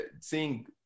seeing